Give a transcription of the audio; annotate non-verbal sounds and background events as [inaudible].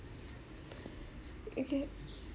[breath] okay